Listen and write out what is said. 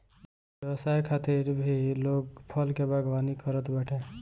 व्यवसाय खातिर भी लोग फल के बागवानी करत बाटे